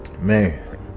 Man